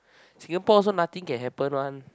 Singapore also nothing can happen one